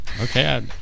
Okay